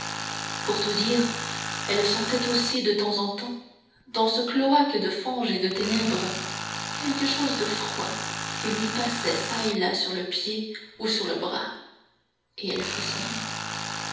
pour tout dire elle sentait aussi de temps en temps dans ce cloaque de fange et de ténèbres quelque chose de froid qui lui passait çà et là sur le pied ou sur le bras et elle frissonnait